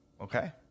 Okay